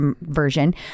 version